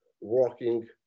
working